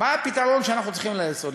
מה הפתרון שאנחנו צריכים לנסות,